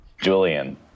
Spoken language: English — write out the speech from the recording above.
Julian